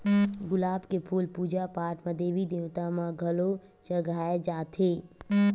गुलाब के फूल पूजा पाठ म देवी देवता म घलो चघाए जाथे